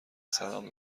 سلام